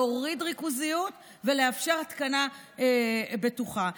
להוריד ריכוזיות ולאפשר התקנה בטוחה.